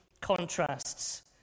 contrasts